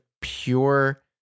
pure